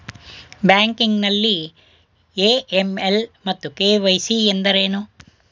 Banking ನಲ್ಲಿ AML ಮತ್ತು KYC ಎಂದರೇನು?